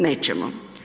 Nećemo.